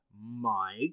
Mike